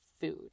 food